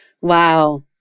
Wow